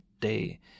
day